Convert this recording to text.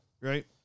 Right